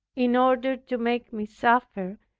in order to make me suffer,